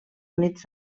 units